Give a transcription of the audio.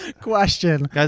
question